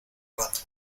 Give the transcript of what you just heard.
rato